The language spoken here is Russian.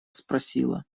спросила